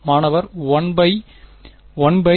மாணவர் 1 by 1 by